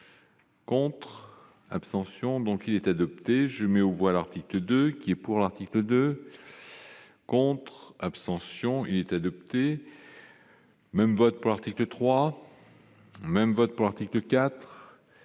Compte. Abstention donc il est adopté, je mets aux voix, l'article 2 qui est pour l'article 2 contres abstention il est adopté, même vote pour l'article 3 même votre pour article 4